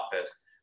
office